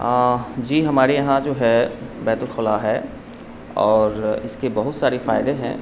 جی ہمارے یہاں جو ہے بیت الخلاء ہے اور اس کے بہت سارے فائدے ہیں